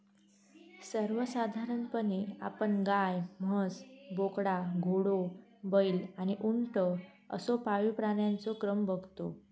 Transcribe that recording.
सर्वसाधारणपणे आपण गाय, म्हस, बोकडा, घोडो, बैल आणि उंट असो पाळीव प्राण्यांचो क्रम बगतो